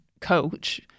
coach